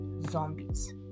zombies